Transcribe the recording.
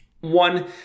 one